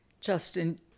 Justin